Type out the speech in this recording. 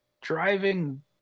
driving